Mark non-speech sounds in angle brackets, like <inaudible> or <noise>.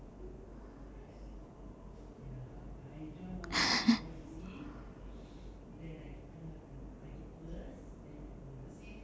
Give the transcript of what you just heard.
<laughs>